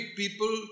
people